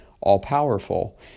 all-powerful